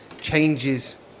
changes